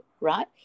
right